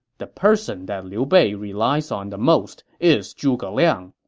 the person that liu bei relies on the most is zhuge liang.